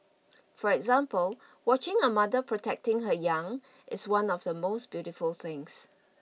for example watching a mother protecting her young is one of the most beautiful things